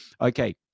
Okay